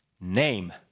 name